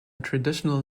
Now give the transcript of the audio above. traditional